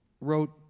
wrote